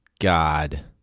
God